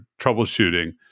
troubleshooting